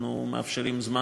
אנחנו מאפשרים זמן